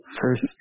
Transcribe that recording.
first